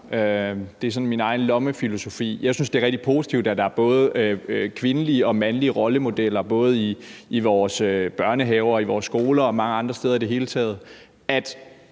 Mikkel Bjørn (DF): Tak for det. Jeg synes, det er rigtig positivt, at der både er kvindelige og mandlige rollemodeller i vores børnehaver og i vores skoler og mange andre steder i det hele taget,